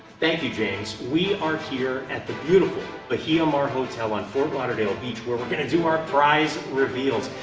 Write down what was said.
thank you james we are here at the beautiful the bahia mar hotel on fort lauderdale beach where we're going to do our prize reveals.